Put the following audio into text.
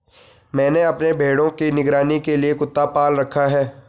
मैंने अपने भेड़ों की निगरानी के लिए कुत्ता पाल रखा है